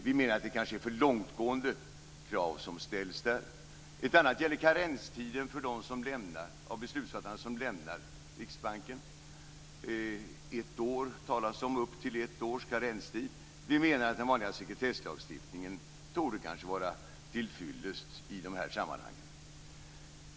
Vi menar att det kanske är för långtgående krav som ställs. Det andra gäller karenstiden för dem av beslutsfattarna som lämnar Riksbanken. Det talas om upp till ett års karenstid. Vi menar att den vanliga sekretesslagstiftningen kanske torde vara till fyllest i de här sammanhangen.